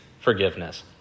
forgiveness